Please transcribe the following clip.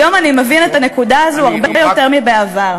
היום אני מבין את הנקודה הזאת הרבה יותר מאשר בעבר.